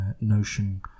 notion